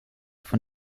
von